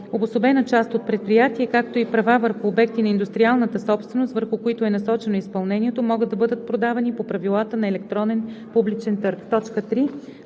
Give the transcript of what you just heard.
обособена част от предприятие, както и правата върху обекти на индустриалната собственост, върху които е насочено изпълнението, могат да бъдат продавани по правилата на електронен публичен търг.“